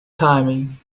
timing